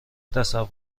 تصور